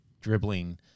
dribbling